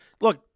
Look